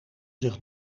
zich